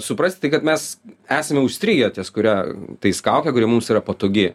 suprasti kad mes esame užstrigę ties kuria tais kauke kuri mums yra patogi